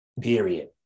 Period